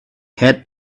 had